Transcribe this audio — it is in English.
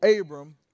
Abram